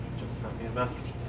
just sent me a message.